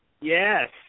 Yes